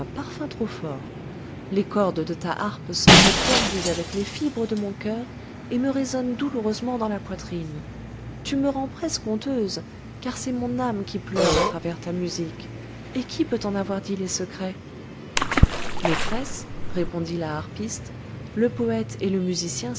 parfum trop fort les cordes de ta harpe semblent tordues avec les fibres de mon cœur et me résonnent douloureusement dans la poitrine tu me rends presque honteuse car c'est mon âme qui pleure à travers la musique et qui peut t'en avoir dit les secrets maîtresse répondit la harpiste le poète et le musicien